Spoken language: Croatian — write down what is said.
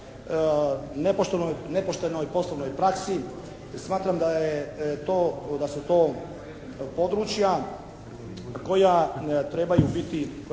nepoštenoj poslovnoj praksi. Smatram da je to, da su to područja koja trebaju biti